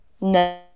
No